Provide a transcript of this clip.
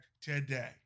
today